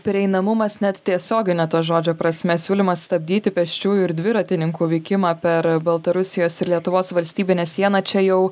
prieinamumas net tiesiogine to žodžio prasme siūlymas stabdyti pėsčiųjų ir dviratininkų vykimą per baltarusijos ir lietuvos valstybinę sieną čia jau